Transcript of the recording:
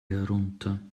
herunter